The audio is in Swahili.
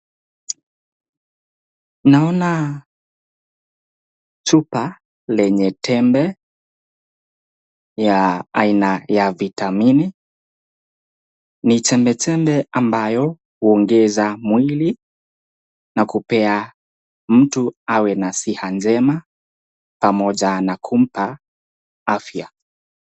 Naona chupa lenye tembe ya aina ya vitamin , ni chembechembe ambayo huongeza mwili na kupea mtu awe na siha njema pamoja na kumpa afya.